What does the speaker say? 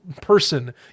person